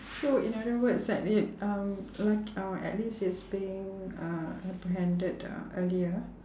so in other words like they um luck~ at least it's being uh apprehended uh earlier